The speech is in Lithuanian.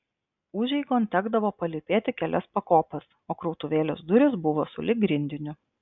užeigon tekdavo palypėti kelias pakopas o krautuvėlės durys buvo sulig grindiniu